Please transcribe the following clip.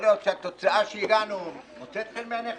יכול להיות שהתוצאה שהגענו מוצאת חן בעיניך